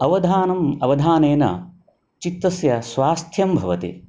अवधानम् अवधानेन चित्तस्य स्वास्थ्यं भवति